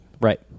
Right